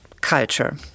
culture